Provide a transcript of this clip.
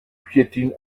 piétine